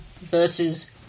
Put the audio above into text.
versus